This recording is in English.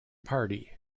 party